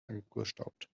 angestaubt